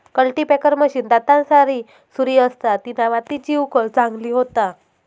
cultipacker machine दातांसारी सुरी असता तिना मातीची उकळ चांगली होता